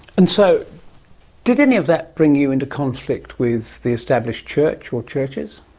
and so did any of that bring you into conflict with the established church or churches?